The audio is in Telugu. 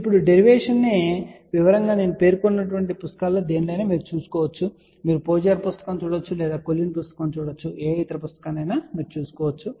ఇప్పుడు డెరివేషన్ ను వివరంగా నేను పేర్కొన్న పుస్తకాలలో దేనిలోనైనా మీరు చూడవచ్చు మీరు పోజార్ పుస్తకాన్ని చూడవచ్చు లేదా మీరు కొల్లిన్ పుస్తకం మరియు ఇతర పుస్తకాన్ని చూడవచ్చు